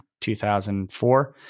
2004